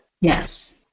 Yes